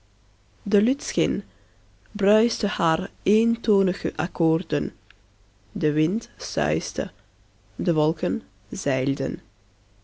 de lütschine bruiste haar eentonige accoorden de wind suisde de wolken zeilden